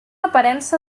aparença